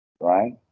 Right